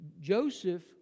Joseph